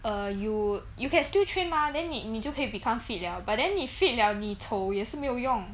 err you you can still train mah then 你你就可以 become fit liao but then 你 fit liao 你丑也是没有用